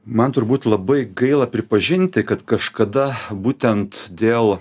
man turbūt labai gaila pripažinti kad kažkada būtent dėl